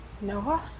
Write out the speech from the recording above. Noah